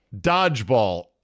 Dodgeball